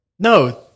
No